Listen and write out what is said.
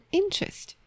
interest